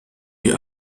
die